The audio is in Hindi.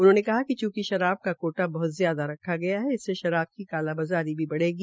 उन्होंने कहा चूकि शराब का कोटा बहत ज्यादा रखा गया है इससे शराब की कालाबाज़ारी भी बढ़गी